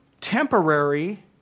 temporary